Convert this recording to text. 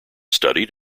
studied